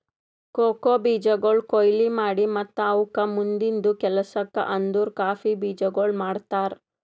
cocoa ಬೀಜಗೊಳ್ ಕೊಯ್ಲಿ ಮಾಡಿ ಮತ್ತ ಅವುಕ್ ಮುಂದಿಂದು ಕೆಲಸಕ್ ಅಂದುರ್ ಕಾಫಿ ಬೀಜಗೊಳ್ ಮಾಡ್ತಾರ್